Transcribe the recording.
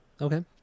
Okay